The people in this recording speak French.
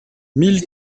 mille